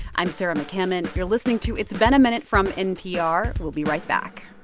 i'm sarah mccammon. you're listening to it's been a minute from npr. we'll be right back